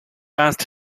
asked